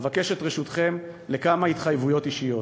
אבקש את רשותכם לכמה התחייבויות אישיות: